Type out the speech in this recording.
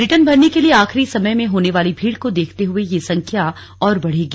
return भरने के लिए आखिरी समय में होने वाली भीड़ को देखते हए यह संख्या और बढेगी